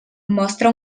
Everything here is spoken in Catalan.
mostra